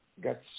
got